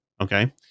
okay